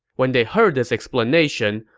when they heard this explanation,